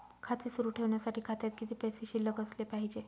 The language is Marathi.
खाते सुरु ठेवण्यासाठी खात्यात किती पैसे शिल्लक असले पाहिजे?